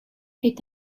est